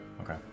Okay